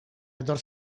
etor